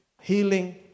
healing